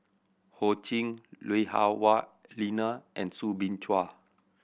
Ho Ching Lui Hah Wah Elena and Soo Bin Chua